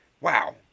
Wow